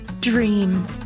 dream